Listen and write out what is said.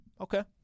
Okay